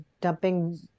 dumping